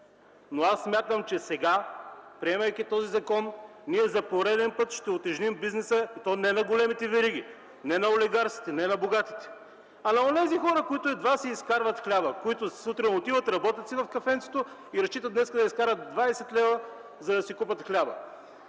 но смятам, че приемайки сега този закон, ние за пореден път ще утежним бизнеса, и то не на големите вериги, не на олигарсите, не на богатите, а на онези, които едва си изкарват хляба, които сутрин отиват и работят в кафето си и разчитат днес да изкарат 20 лв., за да си купят хляб.